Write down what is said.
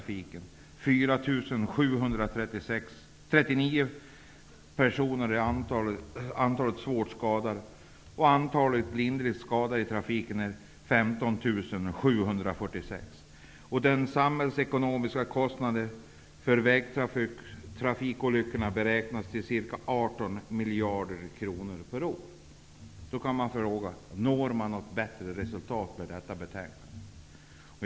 4 739 personer skadades svårt. Den samhällsekonomiska kostnaden för vägtrafikolyckorna beräknas till ca 18 miljarder kronor per år. Då kan man fråga: Når vi bättre resultat med detta betänkande?